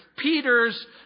Peter's